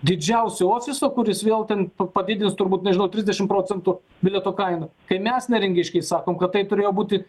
didžiausio ofiso kuris vėl ten pa padidins turbūt nežinau trisdešimt procentų bilieto kainą kai mes neringiškiai sakom kad tai turėjo būti